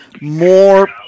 more